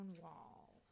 wall